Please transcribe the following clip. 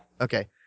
Okay